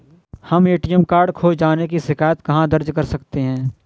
हम ATM card खो जाने की शिकायत कहाँ दर्ज कर सकते हैं?